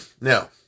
Now